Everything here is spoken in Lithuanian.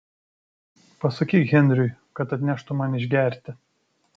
pasakyk henriui kad atneštų man išgerti